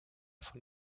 von